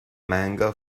manga